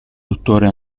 dottore